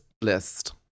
list